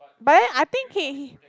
but then I think he he